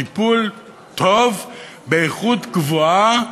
טיפול טוב, באיכות גבוהה,